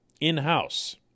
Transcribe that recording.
in-house